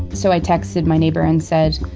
so i texted my neighbor and said,